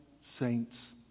saints